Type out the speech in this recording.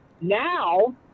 Now